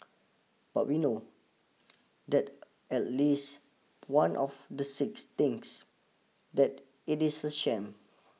but we know that at least one of the six thinks that it is a sham